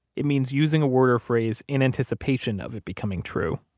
it means using a word or phrase in anticipation of it becoming true.